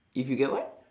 if you get what